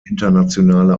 internationale